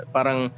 Parang